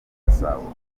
gasabo